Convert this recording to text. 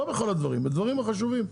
לא בכל הדברים, אבל בדברים החשובים.